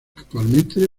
actualmente